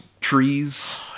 trees